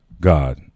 God